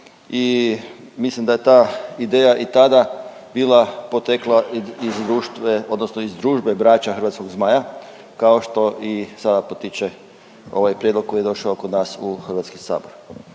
I mislim da je ta ideja i tada bila potekla iz društva, odnosno iz Družbe braća hrvatskog zmaja kao što i sada potiče ovaj prijedlog koji je došao kod nas u Hrvatski sabor.